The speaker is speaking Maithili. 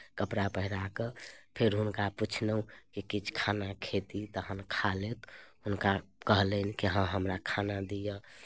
कपड़ा पहिरा कऽ फेर हुनका पुछलहुँ कि किछ खाना खेती तहन खा लथि हुनका कहलनि कि हँ हमरा खाना दिअ